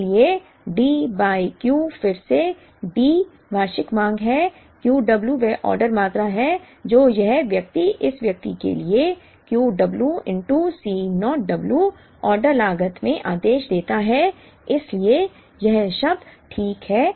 इसलिए D by Q फिर से D वार्षिक मांग है Q w वह ऑर्डर मात्रा है जो यह व्यक्ति इस व्यक्ति के लिए Q w C naught w order लागत में आदेश देता है इसलिए यह शब्द ठीक है